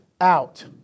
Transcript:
out